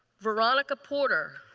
veronica porter.